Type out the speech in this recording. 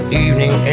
evening